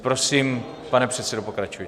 Prosím, pane předsedo, pokračujte.